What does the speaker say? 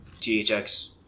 THX